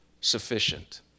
sufficient